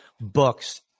books